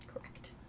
Correct